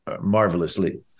marvelously